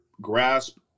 grasp